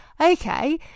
Okay